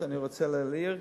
אני רוצה להעיר,